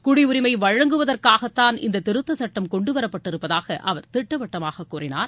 குடியுரிமை வழங்குவதற்காகத்தான் இந்த திருத்த சுட்டம் கொண்டுவரப்பட்டிருப்பதாக அவர் திட்டவட்டமாக கூறினார்